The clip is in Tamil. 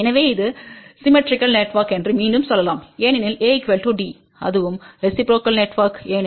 எனவே இது சிம்மெட்ரிக்கல் நெட்வொர்க் என்று மீண்டும் சொல்லலாம் ஏனெனில் A Dஅதுவும் ரெசிப்ரோக்கல் நெட்வொர்க் ஏனெனில்AD BC 1